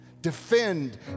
Defend